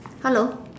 hello